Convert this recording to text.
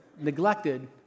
neglected